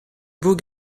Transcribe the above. beau